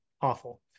awful